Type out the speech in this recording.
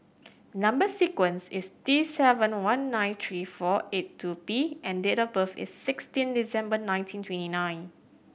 number sequence is T seven one nine three four eight two P and date of birth is sixteen December nineteen twenty nine